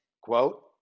quote